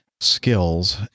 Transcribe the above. skills